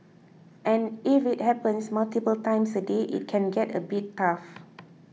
and if it happens multiple times a day it can get a bit tough